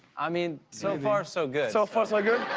i mean so far so good. so far sod goo.